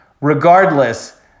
Regardless